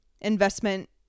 investment